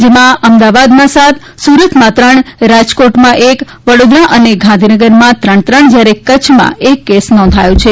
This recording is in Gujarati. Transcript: જેમાં અમદાવાદમાં સાત સુરતમાં ત્રણ રાજકોટમાં એક વડોદરા અને ગાંધીનગરમાં ત્રણ ત્રણ જયારે કચ્છમાં એક કેસ નોધાયો છે